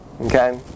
okay